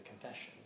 confession